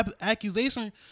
accusation